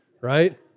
right